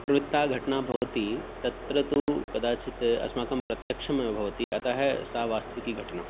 प्रवृत्ताघटनाः भवति तत्र तु कदाचित् अस्माकं प्रत्यक्षं न भवति अतः सा वास्तविकी घटना